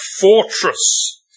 fortress